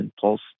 pulse